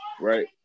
right